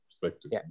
perspective